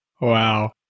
Wow